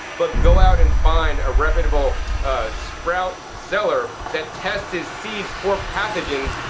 but go out and find a reputable sprout seller that tests his seeds for pathogens,